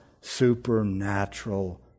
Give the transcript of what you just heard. supernatural